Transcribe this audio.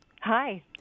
Hi